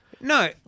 No